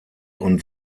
und